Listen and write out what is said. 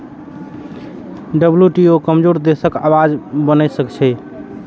WTO कमजोर देशक आवाज बनि सकै छै